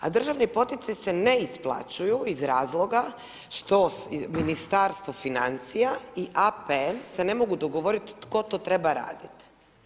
A državni poticaji se ne isplaćuju iz razloga što Ministarstvo financija i APN se ne mogu dogovoriti tko to treba raditi.